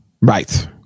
Right